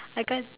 I can't